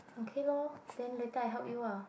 okay lor then later I help you ah